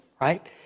right